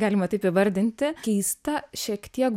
galima taip įvardinti keista šiek tiek